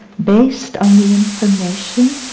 based on the information,